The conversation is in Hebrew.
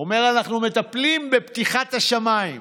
אומר: אנחנו מטפלים בפתיחת השמיים.